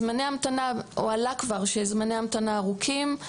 הועלה כבר שזמני ההמתנה ארוכים.